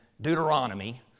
Deuteronomy